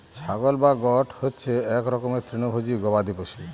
ছাগল বা গোট হচ্ছে এক রকমের তৃণভোজী গবাদি পশু